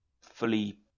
fully